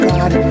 God